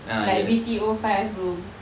like B_T_O five room